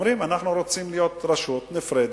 אומרים: אנחנו רוצים להיות רשות נפרדת.